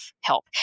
help